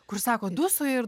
kur sako dūsauja ir